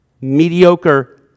mediocre